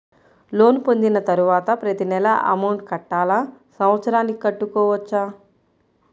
Loan పొందిన తరువాత ప్రతి నెల అమౌంట్ కట్టాలా? సంవత్సరానికి కట్టుకోవచ్చా?